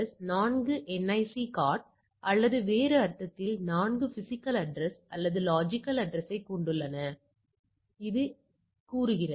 இது 4 NIC card அல்லது வேறு அர்த்தத்தில் 4 பிஸிக்கல் அட்ரஸ் அல்லது லொஜிக்கல் அட்ரஸ்யைக் கொண்டுள்ளது என்று அது கூறுகிறது